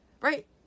Right